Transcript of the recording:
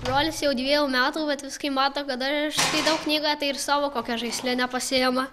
brolis jau dviejų metų vat jis kai mato kad aš skaitau knygą tai ir savo kokią žaislinę pasiima